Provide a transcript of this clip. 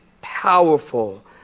powerful